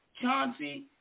Chauncey